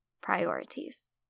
priorities